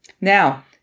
Now